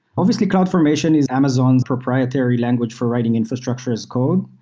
obviously, cloudformation is amazon's proprietary language for writing infrastructure as code.